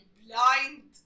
blind